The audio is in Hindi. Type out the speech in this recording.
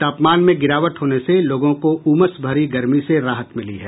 तापमान में गिरावट होने से लोगों को उमस भरी गर्मी से राहत मिली है